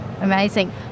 Amazing